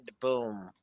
boom